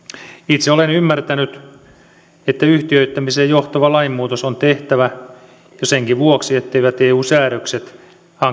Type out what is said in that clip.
itse olen ymmärtänyt että yhtiöittämiseen johtava lainmuutos on tehtävä jo senkin vuoksi etteivät eu säädökset